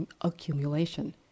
accumulation